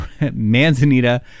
Manzanita